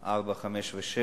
4, 5 ו-7,